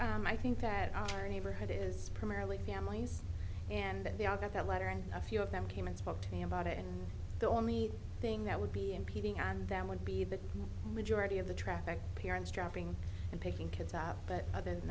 don't i think that our neighborhood is primarily families and that they are that that letter and a few of them came and spoke to me about it and the only thing that would be impeding on them would be the majority of the traffic parents dropping and picking kids up but other than